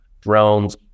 drones